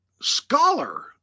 scholar